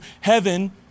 heaven